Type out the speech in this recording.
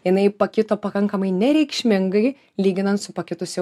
jinai pakito pakankamai nereikšmingai lyginant su pakitusiu